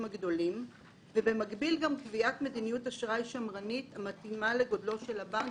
הגדולים - וקביעת מדיניות אשראי שמרנית המתאימה לגודלו של הבנק.